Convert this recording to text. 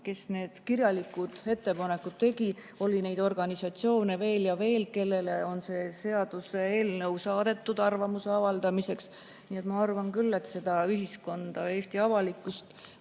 kes kirjalikud ettepanekud tegid. Neid organisatsioone oli veel ja veel, kellele see seaduseelnõu saadeti arvamuse avaldamiseks. Nii et ma arvan küll, et ühiskonda, Eesti avalikkust